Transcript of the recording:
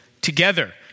together